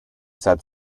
said